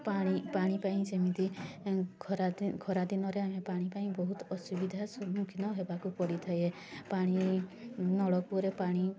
ପାଣି ପାଣି ପାଇଁ ସେମିତି ଖରା ଖରାଦିନରେ ଆମେ ପାଣି ପାଇଁ ବହୁତ ଅସୁବିଧାର ସମ୍ମୁଖୀନ ହେବାକୁ ପଡ଼ିଥାଏ ପାଣି ନଳକୂଅରେ ପାଣି